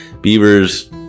beavers